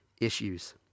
issues